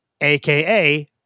AKA